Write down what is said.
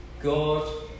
God